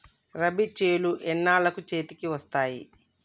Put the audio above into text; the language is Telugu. రబీ చేలు ఎన్నాళ్ళకు చేతికి వస్తాయి?